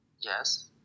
Yes